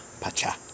pacha